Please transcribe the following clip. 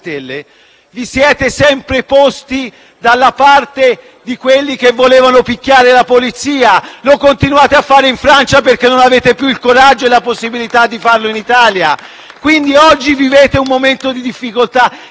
dalla parte di quelli che volevano picchiare la polizia e continuate a farlo in Francia perché non avete più il coraggio e la possibilità di farlo in Italia. *(Applausi dal Gruppo PD)*. Oggi vivete quindi un momento di difficoltà. Qual è allora la sua soluzione signor Ministro?